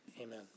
Amen